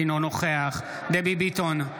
אינו נוכח דבי ביטון,